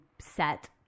set